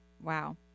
Wow